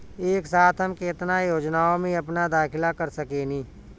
एक साथ हम केतना योजनाओ में अपना दाखिला कर सकेनी?